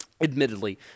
admittedly